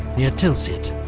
near tilsit,